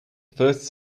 first